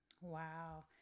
Wow